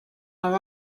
are